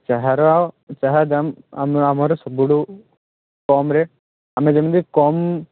ଚାହାର ଚାହା ଦାମ୍ ଆମେ ଆମର ସବୁଠୁ କମ୍ ରେଟ୍ ଆମେ ଯେମିତି କମ୍